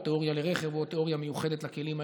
או תיאוריה לרכב או תיאוריה מיוחדת לכלים האלה,